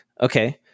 Okay